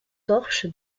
torche